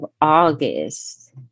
August